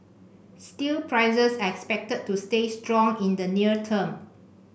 steel prices are expected to stay strong in the near term